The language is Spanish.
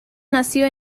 nació